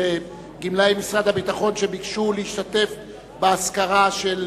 גמלאי משרד הביטחון שביקשו להשתתף באזכרה של